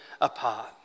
apart